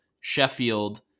sheffield